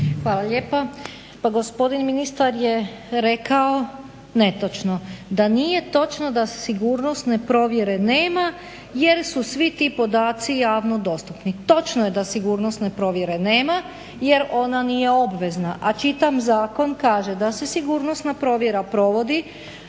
Hvala lijepa. Pa gospodin ministar je rekao netočno da nije točno da sigurnosne provjere nema jer su svi ti podaci javno dostupni. Točno je da sigurnosne provjere nema jer ona nije obvezna. A čitam zakon, kaže da se sigurnosna provjera provodi